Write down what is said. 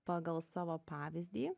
pagal savo pavyzdį